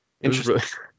interesting